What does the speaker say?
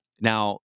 now